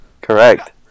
Correct